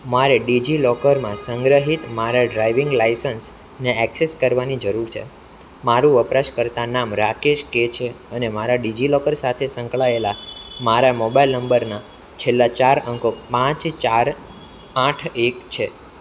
મારે ડિજિલોકરમાં સંગ્રહિત મારા ડ્રાઇવિંગ લાયસન્સને એક્સેસ કરવાની જરૂર છે મારું વપરાશકર્તા નામ રાકેશ કે છે અને ડિજિલોકર સાથે સંકળાયેલા મારા મોબાઇલ નંબરના છેલ્લા ચાર અંકો પાંચ ચાર આઠ એક છે